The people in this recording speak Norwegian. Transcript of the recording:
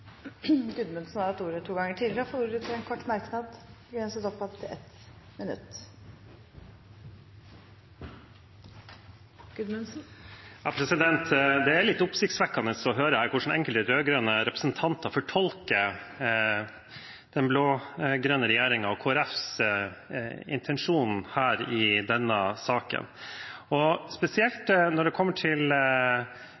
Gudmundsen har hatt ordet to ganger tidligere og får ordet til en kort merknad, begrenset til 1 minutt. Det er litt oppsiktsvekkende å høre hvordan enkelte rød-grønne representanter fortolker den blå-grønne regjeringen og Kristelig Folkepartis intensjon i denne saken,